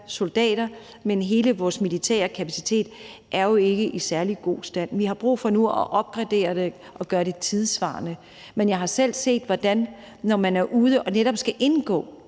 soldater, men hele vores militære kapacitet er jo ikke i særlig god stand. Vi har brug for nu at opgradere det og gøre det tidssvarende. Men jeg har selv set, at når man er ude og skal indgå